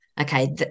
Okay